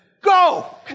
Go